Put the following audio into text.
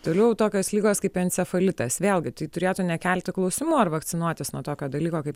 toliau tokios ligos kaip encefalitas vėlgi tai turėtų nekelti klausimų ar vakcinuotis nuo tokio dalyko kaip